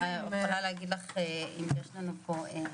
אני יכולה להגיד לך אם יש לנו פה.